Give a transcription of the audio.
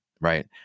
right